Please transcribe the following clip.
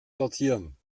sortieren